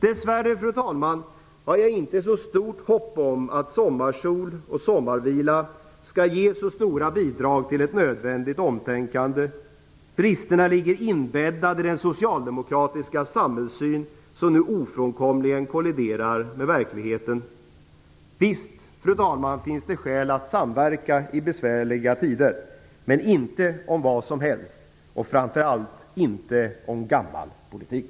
Dess värre, fru talman, har jag inte så stort hopp om att sommarsol och sommarvila skall ge så stora bidrag till ett nödvändigt omtänkande. Bristerna ligger inbäddade i den socialdemokratiska samhällssyn som nu ofrånkomligen kolliderar med verkligheten. Visst, fru talman, finns det skäl att samverka i besvärliga tider, men inte om vad som helst, och framför allt inte om gammal politik.